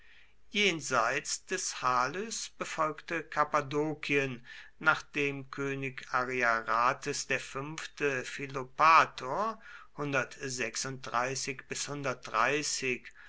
jenseits des halys befolgte kappadokien nachdem könig ariarathes v philopator